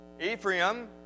Ephraim